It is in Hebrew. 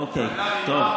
אוקיי, טוב.